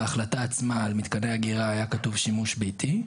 בהחלטה עצמה על מתקני אגירה היה כתוב שימוש ביתי,